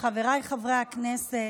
חבריי חברי הכנסת,